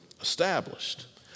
established